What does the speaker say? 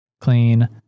clean